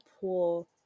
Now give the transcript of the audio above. pool